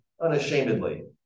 unashamedly